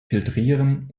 filtrieren